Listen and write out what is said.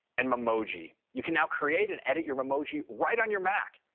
and memoji. you can now create and edit your memoji right on your mac.